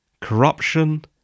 corruption